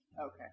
Okay